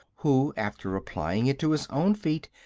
who, after applying it to his own feet,